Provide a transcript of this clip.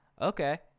okay